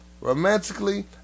Romantically